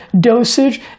dosage